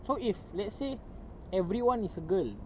so if let's say everyone is a girl